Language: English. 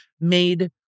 made